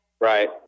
right